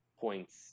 points